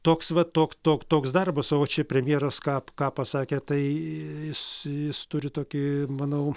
toks va tok tok toks darbas o čia premjeras ką ką pasakė tai jis jis turi tokį manau